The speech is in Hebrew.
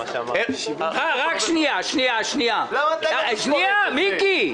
שנייה, מיקי.